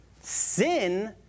Sin